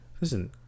listen